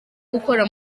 gukora